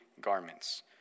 garments